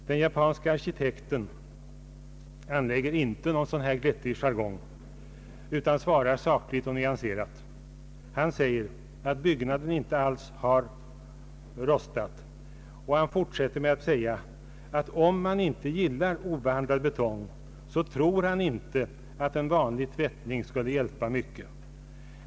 Den japanske arkitekten använder inte någon sådan glättig jargong utan svarar sakligt och nyanserat. Han säger att byggnaden inte alls har rostat. Han fortsätter med att säga att om man inte gillar obehandlad betong så tror han inte att en vanlig tvättning skulle hjälpa mycket.